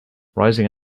rising